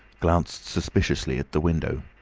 glanced suspiciously at the window,